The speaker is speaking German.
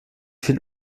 viel